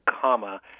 comma